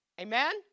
Amen